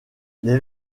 les